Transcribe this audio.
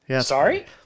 Sorry